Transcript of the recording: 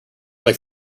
make